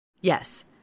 Yes